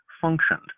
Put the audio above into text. functioned